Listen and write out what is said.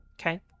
Okay